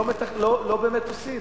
לא באמת עושים,